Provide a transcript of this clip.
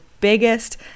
biggest